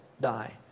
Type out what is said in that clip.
die